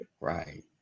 Right